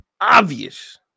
obvious